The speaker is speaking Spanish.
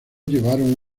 llevaron